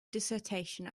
dissertation